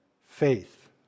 Faith